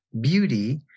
beauty